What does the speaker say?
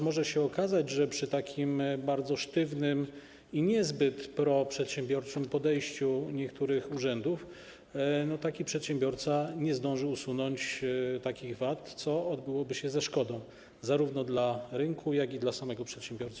Może się okazać, że przy tak bardzo sztywnym i niezbyt proprzedsiębiorczym podejściu niektórych urzędów taki przedsiębiorca nie zdąży usunąć takich wad, co byłoby ze szkodą zarówno dla rynku, jak i dla samego przedsiębiorcy.